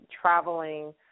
traveling